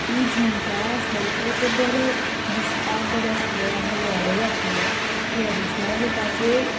आनी झुमकां आसलेले पळय तें बरें दिसपाक बरें आसले आनी व्हडय आसले ट्रेडीशनल लुकाचेर